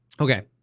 okay